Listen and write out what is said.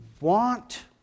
want